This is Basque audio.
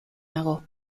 nago